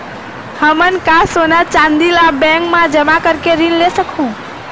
हमन का सोना चांदी ला बैंक मा जमा करके ऋण ले सकहूं?